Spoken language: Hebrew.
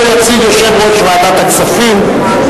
שיציג יושב-ראש ועדת הכספים,